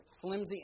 flimsy